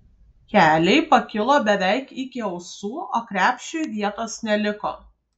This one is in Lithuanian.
keliai pakilo beveik iki ausų o krepšiui vietos neliko